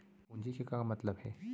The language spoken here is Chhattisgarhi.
पूंजी के का मतलब हे?